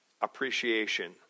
appreciation